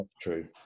True